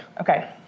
Okay